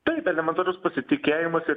taip elementarus pasitikėjimas ir